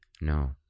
No